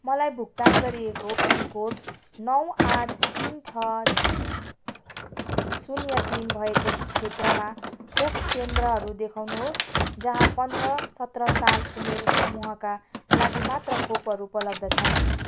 मलाई भुक्तान गरिएको पिनकोड नौ आठ तिन छ शून्य तिन भएको क्षेत्रमा खोप केन्द्रहरू देखाउनुहोस् जहाँ पन्ध्र सत्र साल उमेर समूहका लागि मात्र खोपहरू उपलब्ध छन्